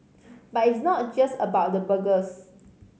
but it's not just about the burgers